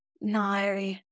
no